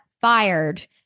fired